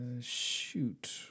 Shoot